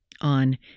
on